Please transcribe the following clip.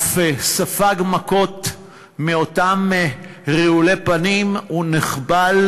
והוא אף ספג מאותם רעולי פנים ונחבל